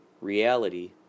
reality